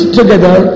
together